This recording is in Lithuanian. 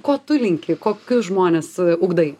ko tu linki kokius žmones ugdai